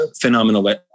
Phenomenal